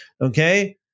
okay